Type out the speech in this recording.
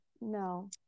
No